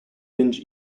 binge